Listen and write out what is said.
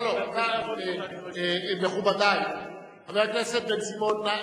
לא, לא, לא, מכובדי, חבר הכנסת בן-סימון.